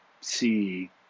see